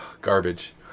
garbage